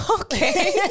Okay